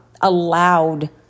allowed